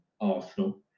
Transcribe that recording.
Arsenal